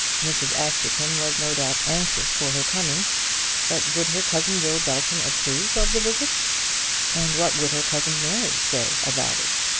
mrs. askerton was no doubt anxious for her coming but would her cousin will belton approve of the visit and what would her cousin mary say about it?